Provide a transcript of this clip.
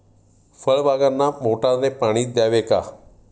फळबागांना मोटारने पाणी द्यावे का?